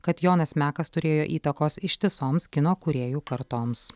kad jonas mekas turėjo įtakos ištisoms kino kūrėjų kartoms